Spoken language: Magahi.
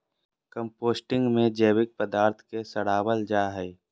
कम्पोस्टिंग में जैविक पदार्थ के सड़ाबल जा हइ